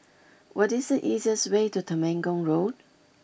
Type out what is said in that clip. what is the easiest way to Temenggong Road